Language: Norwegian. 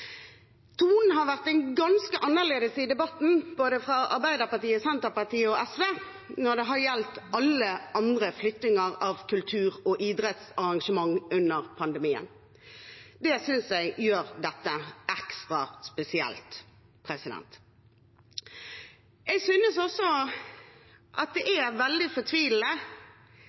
har vært ganske annerledes i debatten, både fra Arbeiderpartiet, Senterpartiet og SV, når det har gjeldt alle andre flyttinger av kultur- og idrettsarrangementer under pandemien. Det synes jeg gjør dette ekstra spesielt. Jeg synes også at det er veldig fortvilende